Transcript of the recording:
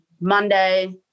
Monday